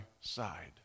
side